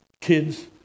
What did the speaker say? kids